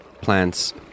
plants